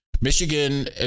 Michigan